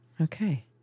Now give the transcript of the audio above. okay